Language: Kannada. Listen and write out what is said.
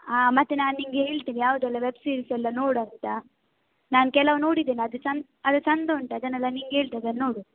ಆಂ ಮತ್ತು ನಾನು ನಿನಗೆ ಹೇಳ್ತೇನೆ ಯಾವುದೆಲ್ಲ ವೆಬ್ ಸೀರೀಸೆಲ್ಲ ನೋಡು ಅಂತ ನಾನು ಕೆಲವು ನೋಡಿದ್ದೇನೆ ಅದು ಚೆಂದ ಅದು ಚೆಂದ ಉಂಟು ಅದನ್ನೆಲ್ಲ ನಿಂಗೆ ಹೇಳ್ತೆ ಅದನ್ನು ನೋಡು